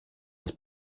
das